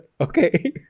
Okay